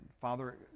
Father